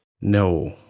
No